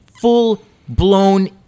full-blown